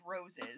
roses